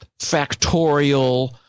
factorial